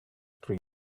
street